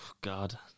God